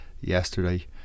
yesterday